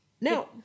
Now